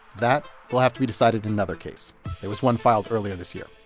that will have to be decided in another case. there was one filed earlier this year